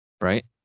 right